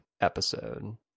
episode